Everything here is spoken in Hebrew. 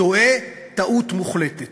טועה טעות מוחלטת.